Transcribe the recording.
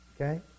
Okay